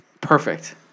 perfect